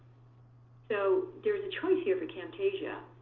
so there's a choice here for camtasia,